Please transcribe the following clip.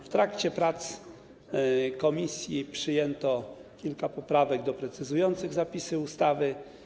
W trakcie prac komisji przyjęto kilka poprawek doprecyzowujących zapisy ustawy.